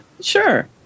sure